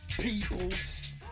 peoples